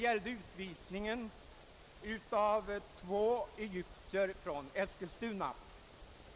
Jag syftar på utvisningen av två egyptier i Eskilstuna.